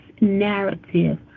narrative